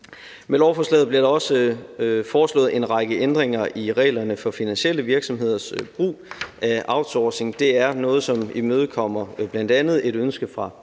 Med lovforslaget bliver der også foreslået en række ændringer i reglerne for finansielle virksomheders brug af outsourcing, og det er noget, som imødekommer bl.a. et ønske fra